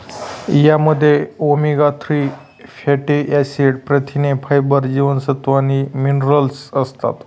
यामध्ये omega three fatty acid, प्रथिने, फायबर, जीवनसत्व आणि मिनरल्स असतात